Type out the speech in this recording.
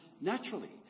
naturally